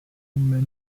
many